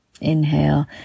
Inhale